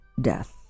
death